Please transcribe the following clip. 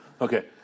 Okay